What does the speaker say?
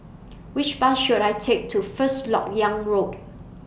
Which Bus should I Take to First Lok Yang Road